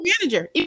manager